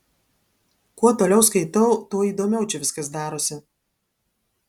kuo toliau skaitau tuo įdomiau čia viskas darosi